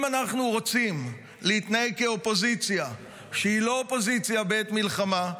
אם אנחנו רוצים להתנהג כאופוזיציה שהיא לא אופוזיציה בעת מלחמה,